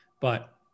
but-